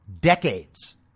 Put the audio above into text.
decades